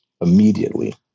immediately